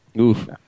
Oof